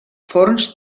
forns